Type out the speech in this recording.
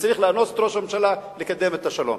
וצריך לאנוס את ראש הממשלה לקדם את השלום.